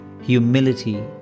humility